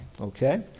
okay